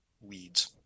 weeds